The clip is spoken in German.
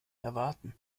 erwarten